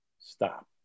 stop